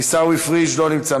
עיסאווי פריג' לא נמצא,